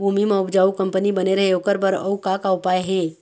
भूमि म उपजाऊ कंपनी बने रहे ओकर बर अउ का का उपाय हे?